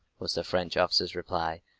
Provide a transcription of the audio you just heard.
was the french officer's reply.